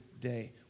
day